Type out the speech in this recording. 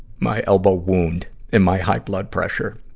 my elbow wound and my high-blood pressure.